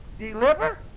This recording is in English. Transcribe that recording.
Deliver